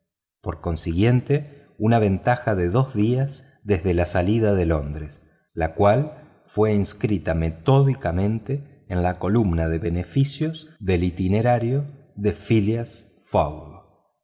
por consiguiente una ventaja de dos días desde la salida de londres la cual fue inscrita metódicamente en la columna de beneficios del itinerario de phileas